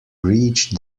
reach